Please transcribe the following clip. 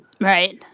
Right